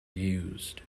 used